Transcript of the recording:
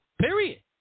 Period